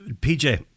PJ